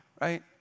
Right